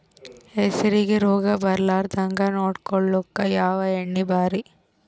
ಹೆಸರಿಗಿ ರೋಗ ಬರಲಾರದಂಗ ನೊಡಕೊಳುಕ ಯಾವ ಎಣ್ಣಿ ಭಾರಿ?